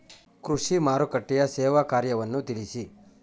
ಕೃಷಿ ಮಾರುಕಟ್ಟೆಯ ಸೇವಾ ಕಾರ್ಯವನ್ನು ತಿಳಿಸಿ?